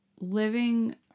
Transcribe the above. living